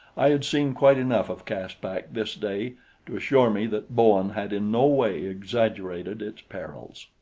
i had seen quite enough of caspak this day to assure me that bowen had in no way exaggerated its perils.